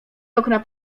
okna